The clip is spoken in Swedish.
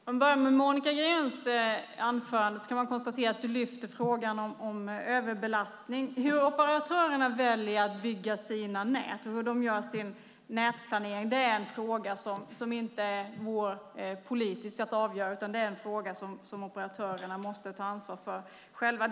Herr talman! Vi kan börja med Monica Greens anförande. Man kan konstatera att du lyfter fram frågan om överbelastning. Hur operatörerna väljer att bygga sina nät och hur de gör sin nätplanering är en fråga som inte är vår, politiskt, att avgöra, utan det är en fråga som operatörerna måste ta ansvar för själva.